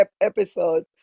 episode